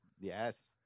Yes